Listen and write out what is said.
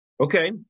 Okay